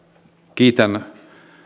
kiitän